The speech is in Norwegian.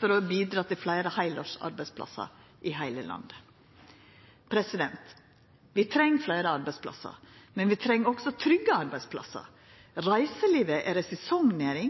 for å bidra til fleire heilårsarbeidsplassar i heile landet. Vi treng fleire arbeidsplassar, men vi treng også trygge arbeidsplassar. Reiselivet er ei sesongnæring,